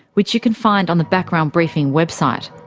which you can find on the background briefing website.